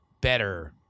better